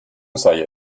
sei